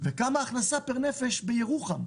וכמה הכנסה פר נפש בירוחם,